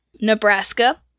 Nebraska